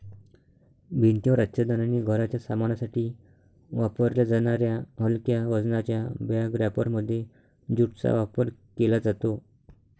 भिंतीवर आच्छादन आणि घराच्या सामानासाठी वापरल्या जाणाऱ्या हलक्या वजनाच्या बॅग रॅपरमध्ये ज्यूटचा वापर केला जातो